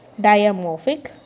diamorphic